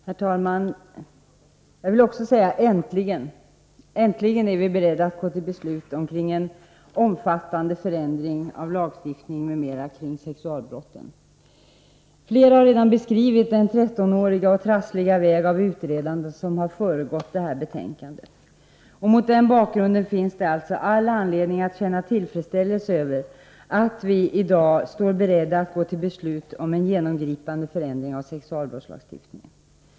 Herr talman! Jag vill också säga äntligen — äntligen är vi beredda att gå till beslut om en omfattande förändring av lagstiftning m.m. kring sexualbrotten. Flera har redan beskrivit den 13-åriga trassliga väg av utredande som föregått det här betänkandet, och mot den bakgrunden finns det alltså all anledning att känna tillfredsställelse över att vi i dag står inför en genomgripande förändring av sexualbrottslagstiftningen.